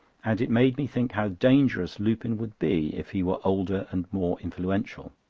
and it made me think how dangerous lupin would be if he were older and more influential.